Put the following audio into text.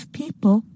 people